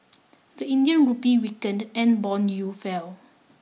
the Indian rupee weakened and bond yields fell